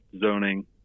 zoning